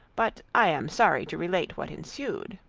but i am sorry to relate what ensued.